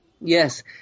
Yes